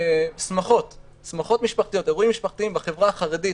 שמחות משפחתיות, אירועים משפחתיים בחברה החרדית